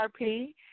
RP